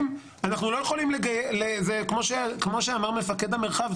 כמו שאמר מפקד המרחב,